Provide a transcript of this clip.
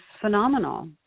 phenomenal